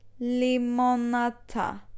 Limonata